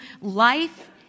life